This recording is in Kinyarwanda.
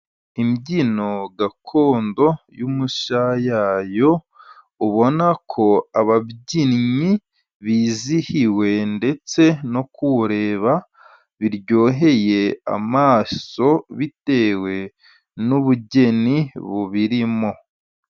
Imbyino gakondo y'umushayayo, ubona ko ababyinnyi bizihiwe, ndetse no kuwureba biryoheye amaso, bitewe n'ubugeni bubirimo.